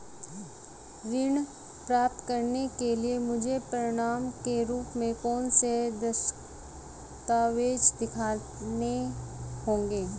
ऋण प्राप्त करने के लिए मुझे प्रमाण के रूप में कौन से दस्तावेज़ दिखाने होंगे?